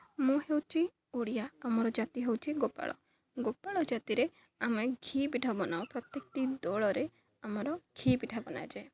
ମୁଁ ହେଉଛି ଓଡ଼ିଆ ଆମର ଜାତି ହେଉଛି ଗୋପାଳ ଗୋପାଳ ଜାତିରେ ଆମେ ଘିଅ ପିଠା ବନାଉ ପ୍ରତ୍ୟେକଟି ଦୋଳରେ ଆମର ଘିଅ ପିଠା ବନାଯାଏ